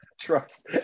trust